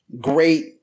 great